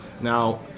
Now